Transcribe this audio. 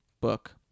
book